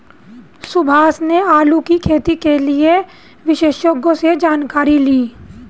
सुभाष ने आलू की खेती के लिए विशेषज्ञों से जानकारी ली